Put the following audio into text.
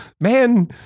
Man